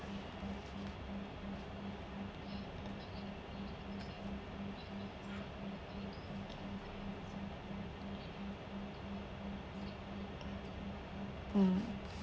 mm